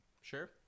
sure